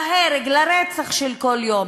להרג, לרצח של כל יום.